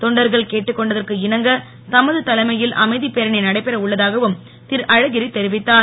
தொண்டர்கள் கேட்டுக் கொண்டதற்கு இணங்க தமது தலைமையில் அமைதிப் பேரணி நடைபெற உள்ளதாகவும் திரு அழகிரி தெரிவித்தார்